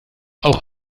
auch